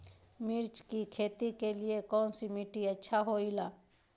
मिर्च की खेती के लिए कौन सी मिट्टी अच्छी होईला?